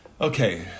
Okay